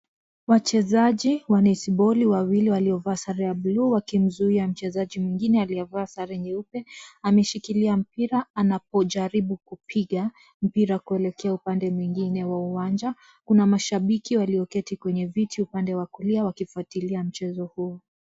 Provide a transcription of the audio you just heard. Wachezaji wa netboli wawili waliovaa sare ya blue wakimzuia mchezaji mwingine aliyevaa sare nyeupe ameshikilia mpira anapojaribu kupiga mpira kuelekea upande mwingine wa uwanja. Kuna mashabiki walioketi kwenye viti upande wa kulia wakifuatilia mchezo huu.